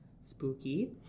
spooky